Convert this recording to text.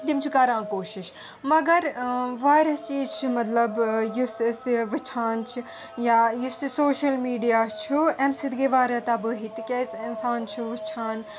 تِم چِھ کران کوٗشِش مگر واریاہ چیٖز چھِ مَطلَب یُس أسۍ وُچھان چھِ یا یُس یہِ سوشَل میٖڈیا چھُ اَمہِ سٟتۍ گٔیہِ واریاہ تبٲہِی تِکیٛازِ اِنسان چھُ وُچھان